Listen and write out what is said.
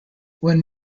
when